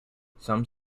some